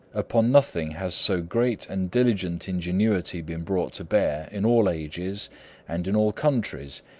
upon nothing has so great and diligent ingenuity been brought to bear in all ages and in all countries,